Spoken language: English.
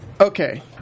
okay